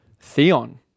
Theon